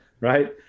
Right